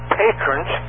patrons